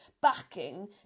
backing